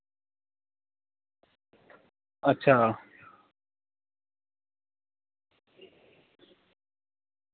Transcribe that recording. अच्छा